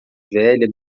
velha